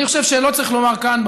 אני חושב שלא צריך לומר כאן,